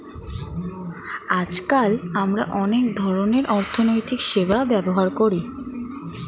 আজকাল আমরা অনেক ধরনের অর্থনৈতিক সেবা ব্যবহার করি